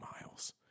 Miles